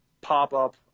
pop-up